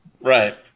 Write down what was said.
Right